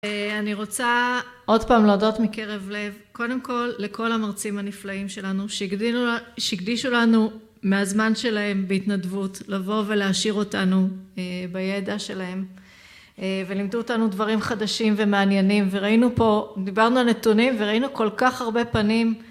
אני רוצה עוד פעם להודות מקרב לב, קודם כל לכל המרצים הנפלאים שלנו שהקדישו לנו מהזמן שלהם בהתנדבות לבוא ולהשאיר אותנו בידע שלהם ולמדו אותנו דברים חדשים ומעניינים וראינו פה, דיברנו על נתונים וראינו כל כך הרבה פנים